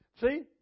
See